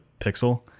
pixel